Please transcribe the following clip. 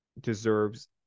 deserves